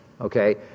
okay